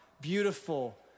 beautiful